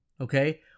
Okay